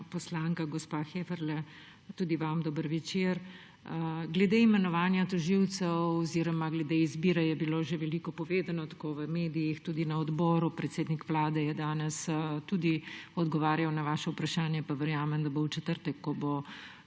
poslanka gospa Heferle, tudi vam dober večer. Glede imenovanja tožilcev oziroma glede izbire je bilo že veliko povedano tako v medijih, tudi na odboru, predsednik Vlade je danes tudi odgovarjal na vaša vprašanja, pa verjamem, da bo v četrtek, ko bo